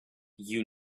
you